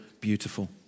beautiful